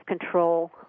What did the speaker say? control